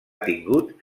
tingut